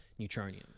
Neutronium